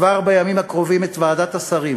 כבר בימים הקרובים את ועדת השרים